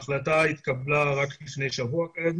כידוע לכם ההחלטה התקבלה רק לפני שבוע.